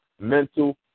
mental